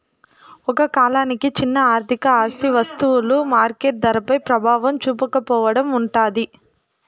ఒక కాలానికి చిన్న ఆర్థిక ఆస్తి వస్తువులు మార్కెట్ ధరపై ప్రభావం చూపకపోవడం ఉంటాది